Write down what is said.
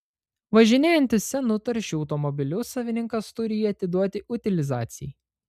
važinėjantis senu taršiu automobiliu savininkas turi jį atiduoti utilizacijai